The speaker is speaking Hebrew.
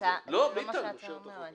אני מושך את החוק.